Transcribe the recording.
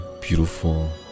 beautiful